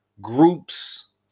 groups